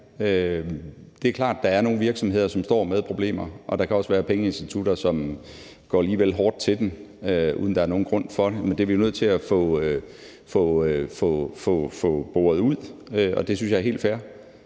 Det er klart, at der er nogle virksomheder, som står med problemer, og der kan også være pengeinstitutter, som går lige vel hårdt til dem, uden at der er nogen grund til det. Det er vi nødt til at få boret ud, og det synes jeg er helt fair.